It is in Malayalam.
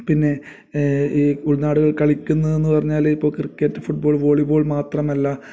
പിന്നെ ഈ ഉൾനാടുകളിൽ കളിക്കുന്നതു പറഞ്ഞാൽ ഇപ്പോൾ ക്രിക്കറ്റ് ഫുട്ബോൾ വോളിബോൾ മാത്രമല്ല